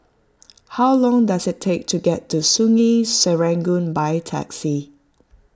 how long does it take to get to Sungei Serangoon by taxi